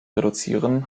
reduzieren